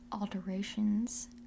alterations